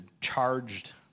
charged